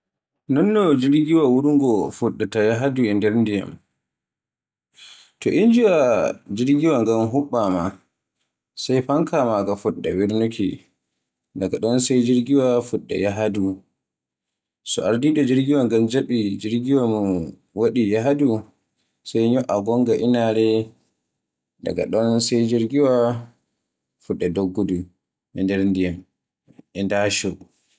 Nonno jirgiwa wurngo fuɗɗata yahdu e nder ndiyam. To injiwa maga huɓɓama, sai fankawa maga fuɗɗa wirnuuki, daga ɗon sai jirgiwa fuɗɗa yahdu e leydi, so arɗiɗo jirgiwa ngan jaaɓi jirgiwa min waɗi yahdu sai nyo'a gonga inaare, daga ɗon sai jirgiwa fuɗɗa doggudu e nder ndiyam e ndasho.